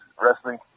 wrestling